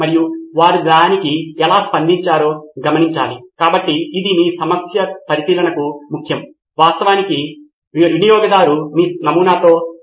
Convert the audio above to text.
మరియు ఇది కేవలం ఇద్దరు విద్యార్థులు లేదా వ్యక్తులు మాత్రమే ఈ కార్యాచరణను పరిశీలిస్తున్నందున సమయం విద్యార్థులు సిద్ధం చేయడానికి తీసుకున్న మొత్తం సమయం ఖచ్చితంగా ఉంటుంది